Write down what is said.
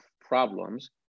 problems